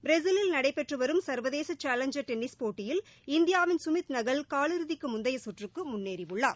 பிரேசிலில் நடைபெற்று வரும் சர்வதேச சேலஞ்சர் டென்னிஸ் போட்டியில் இந்தியாவின் சுமித் நாகல் காலிறுதிக்கு முந்தைய சுற்றுக்கு முன்னேறியுள்ளார்